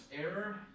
error